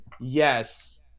Yes